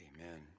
amen